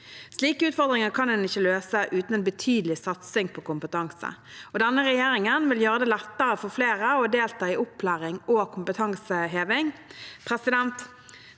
Slike utfordringer kan en ikke løse uten en betydelig satsing på kompetanse, og denne regjeringen vil gjøre det lettere for flere å delta i opplæring og kompetanseheving. Regjeringen